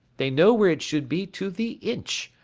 they know where it should be to the inch.